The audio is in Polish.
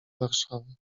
warszawy